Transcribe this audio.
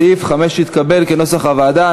סעיף 65 נתקבל כנוסח הוועדה.